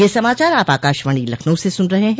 ब्रे क यह समाचार आप आकाशवाणी लखनऊ से सुन रहे हैं